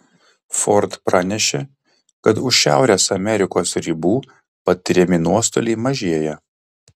ford pranešė kad už šiaurės amerikos ribų patiriami nuostoliai mažėja